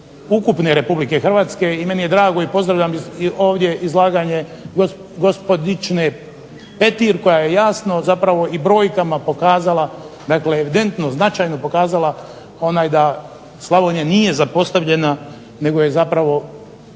Republike Hrvatske, i meni je drago i pozdravljam ovdje izlaganje gospodične Petir koja je jasno, zapravo i brojkama pokazala, dakle evidentno, značajno pokazala da Slavonija nije zapostavljena, nego je zapravo